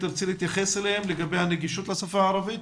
את רוצה לומר משהו לגבי הנגישות לשפה הערבית?